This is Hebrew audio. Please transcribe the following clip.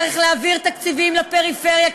צריך להעביר תקציבים לפריפריה,